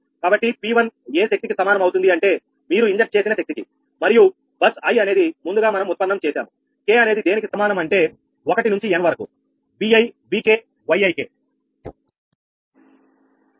కాబట్టి P1 ఏ శక్తి కి సమానం అవుతుంది అంటే మీరు ఇంజెక్ట్ చేసిన శక్తికి మరియు బస్ i అనేది ముందుగా మనం ఉత్పన్నం చేశాము k అనేది దేనికి సమాధానం అంటే ఒకటి నుంచి n వరకు Vi Vk Yik